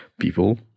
people